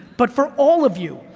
but for all of you,